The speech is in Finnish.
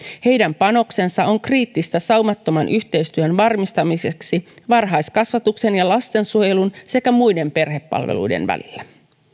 heidän panoksensa on kriittistä saumattoman yhteistyön varmistamiseksi varhaiskasvatuksen ja lastensuojelun sekä muiden perhepalveluiden välillä